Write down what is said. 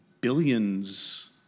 billions